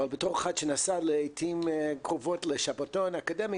אבל בתור אחד שנסע לעתים קרובות לשבתון אקדמי